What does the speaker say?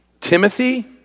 Timothy